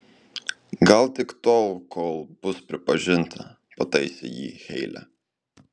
gal tik tol kol bus pripažinta pataisė jį heile